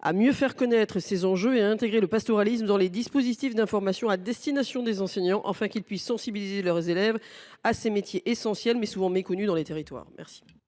à mieux faire connaître ces enjeux et à inclure le pastoralisme dans les dispositifs d’information à destination des enseignants, afin que ces derniers puissent sensibiliser leurs élèves à ces métiers essentiels, mais souvent méconnus, dans les territoires.